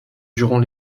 durant